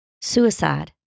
suicide